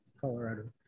Colorado